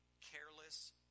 careless